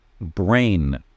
brain